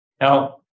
Now